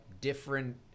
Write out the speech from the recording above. different